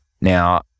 Now